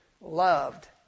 loved